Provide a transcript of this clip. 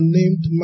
named